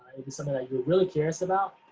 something that you're really curious about,